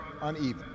uneven